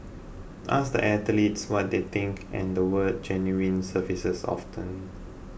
ask the athletes what they think and the word genuine surfaces often